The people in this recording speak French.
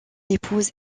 épouse